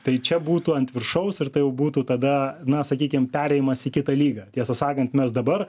tai čia būtų ant viršaus ir tai jau būtų tada na sakykim perėjimas į kitą lygą tiesą sakan mes dabar